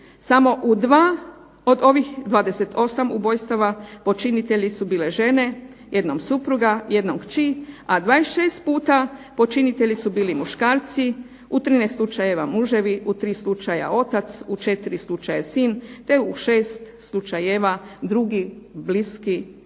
Samo u dva od ovih 28 ubojstava počinitelji su bili žene, jednom supruga, jednom kći a 26 puta počinitelji su bili muškarci, u 13 slučajeva muževi, u 3 slučaja otac, u 4 slučaja sin, te u 6 slučajeva drugi bliski muški